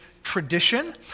Tradition